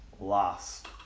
last